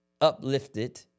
uplifted